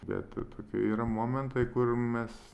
bet tokie yra momentai kur mes